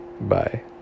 Bye